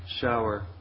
Shower